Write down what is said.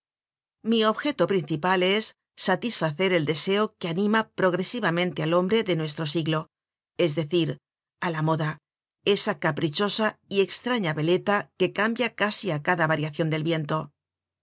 mi objeto principal es satisfacer el deseo que anima progresiva mente al hombre de nuestro siglo es decir á la moda esa caprichosa y estraña beleta que cambia casi á cada variacion del biento